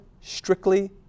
strictly